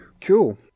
Cool